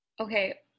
okay